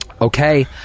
Okay